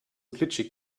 glitschig